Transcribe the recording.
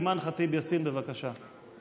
חברת הכנסת אימאן ח'טיב יאסין, בבקשה.